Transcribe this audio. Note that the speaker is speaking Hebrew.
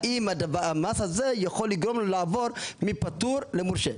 האם המס הזה יכול לגרום לו לעבור לפטור למורשה?